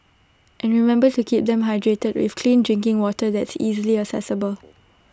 and remember to keep them hydrated with clean drinking water that's easily accessible